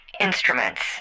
instruments